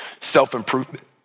self-improvement